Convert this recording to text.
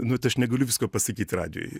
nu tai aš negaliu visko pasakyt radijuj